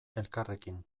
elkarrekin